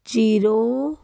zero